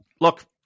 Look